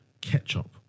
ketchup